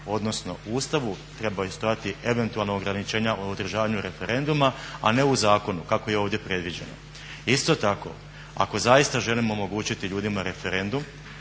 odnosno u Ustavu trebaju stajati eventualno ograničenja o održavanju referenduma a ne u zakonu kako je ovdje predviđeno. Isto tako ako zaista želimo omogućiti ljudima referendum